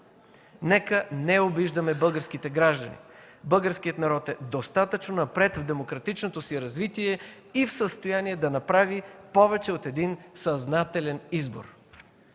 Нека не обиждаме българските граждани! Българският народ е достатъчно напред в демократичното си развитие и е в състояние да направи повече от един съзнателен избор.